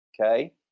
okay